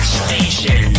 station